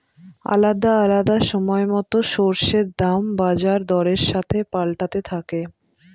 আলাদা আলাদা সময়তো শস্যের দাম বাজার দরের সাথে পাল্টাতে থাকে